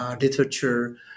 literature